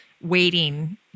waiting